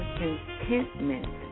contentment